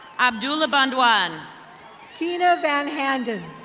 abdul abdabanwan. tina van handen.